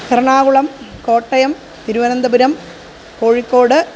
तर्णागुळं Kottayam Thiruvananthapuram Kozhikode